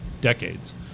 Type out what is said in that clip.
decades